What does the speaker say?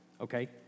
okay